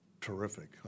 terrific